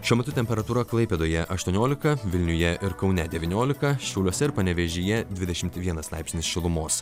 šiuo metu temperatūra klaipėdoje aštuoniolika vilniuje ir kaune devyniolika šiauliuose ir panevėžyje dvidešimt vienas laipsnis šilumos